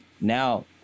now